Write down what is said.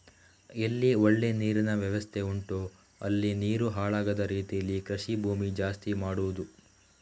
ಎಲ್ಲಿ ಒಳ್ಳೆ ನೀರಿನ ವ್ಯವಸ್ಥೆ ಉಂಟೋ ಅಲ್ಲಿ ನೀರು ಹಾಳಾಗದ ರೀತೀಲಿ ಕೃಷಿ ಭೂಮಿ ಜಾಸ್ತಿ ಮಾಡುದು